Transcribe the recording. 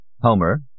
Homer